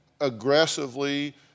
aggressively